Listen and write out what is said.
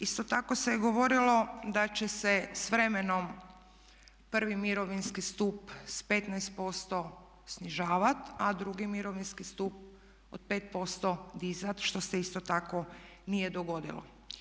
Isto tako se je govorilo da će se s vremenom prvi mirovinski stup s 15% snižavat, a drugi mirovinski stup od 5% dizat što se isto tako nije dogodilo.